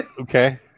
Okay